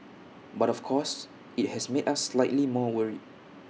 but of course IT has made us slightly more worried